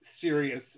serious